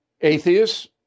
Atheists